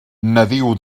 nadiu